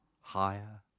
higher